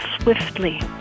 swiftly